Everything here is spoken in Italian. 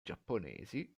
giapponesi